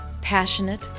passionate